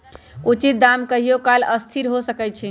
उचित दाम कहियों काल असथिर हो सकइ छै